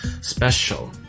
special